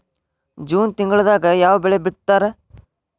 June ತಿಂಗಳದಾಗ ಯಾವ ಬೆಳಿ ಬಿತ್ತತಾರ?